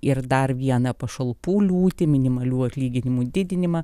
ir dar vieną pašalpų liūtį minimalių atlyginimų didinimą